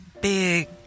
big